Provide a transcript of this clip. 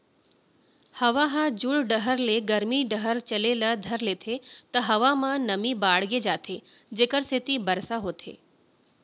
हवा ह जुड़ डहर ले गरमी डहर चले ल धर लेथे त हवा म नमी बाड़गे जाथे जेकर सेती बरसा होथे